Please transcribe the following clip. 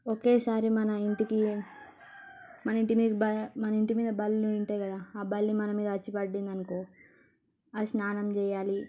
ఒకే సారి మన ఇంటికి మన ఇంటి మీద బ మన ఇంటి మీద బల్లులు ఉంటాయి కదా ఆ బల్లి మన మీద అచ్చి పడింది అనుకో అది స్నానం చేయాలి